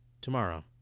tomorrow